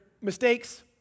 mistakes